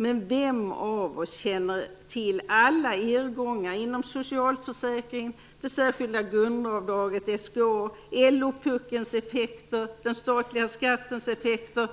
Men vem av oss känner till alla irrgångar inom socialförsäkring, det särskilda grundavdraget SGA, LO-puckelns effekter, den statliga skattens effekter,